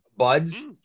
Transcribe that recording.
Buds